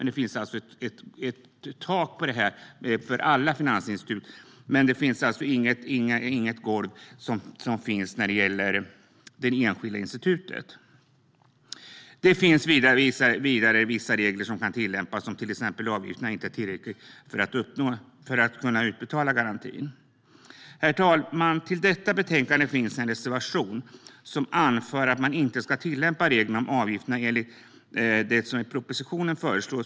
Det finns ett tak på det här för alla finansinstitut, men det finns alltså inget golv när det gäller det enskilda institutet, och det finns vidare vissa regler som kan tillämpas till exempel om avgifterna inte är tillräckliga för att kunna utbetala garantin. Herr talman! I detta betänkande finns en reservation som anför att man inte ska tillämpa reglerna om avgifter enligt det som propositionen föreslår.